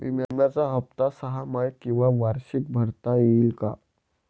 विम्याचा हफ्ता सहामाही किंवा वार्षिक भरता येईल का?